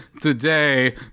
today